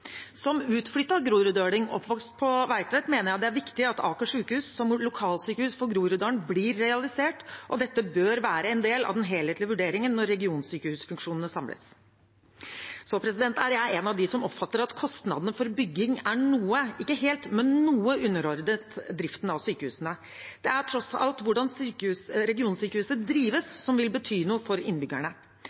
Som utflyttet groruddøl oppvokst på Veitvet mener jeg det er viktig at Aker sykehus som lokalsykehus for Groruddalen blir realisert, og dette bør være en del av den helhetlige vurderingen når regionsykehusfunksjonene samles. Så er jeg en av dem som oppfatter at kostnadene for bygging er noe – ikke helt, men noe underordnet driften av sykehusene. Det er tross alt hvordan regionsykehuset drives, som vil bety noe for innbyggerne.